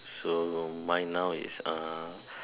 so mine now is uh